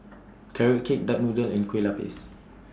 Carrot Cake Duck Noodle and Kue Lupis